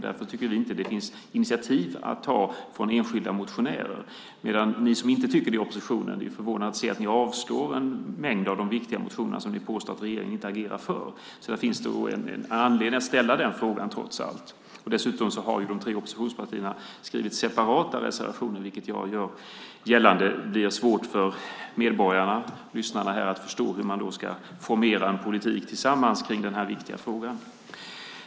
Därför tycker vi inte att det finns initiativ att ta från enskilda motionärer, medan det är förvånande att se att ni som inte tycker det i oppositionen avslår en mängd av de viktiga motioner som ni påstår att regeringen inte agerar för. Det finns alltså anledning att ställa den frågan, trots allt. Dessutom har de tre oppositionspartierna skrivit separata reservationer, vilket jag menar gör det svårt för medborgarna, lyssnarna här, att förstå hur man då ska formera en politik tillsammans kring den här viktiga frågan.